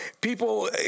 people